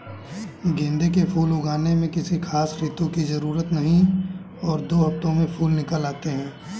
गेंदे के फूल उगाने में किसी खास ऋतू की जरूरत नहीं और दो हफ्तों में फूल निकल आते हैं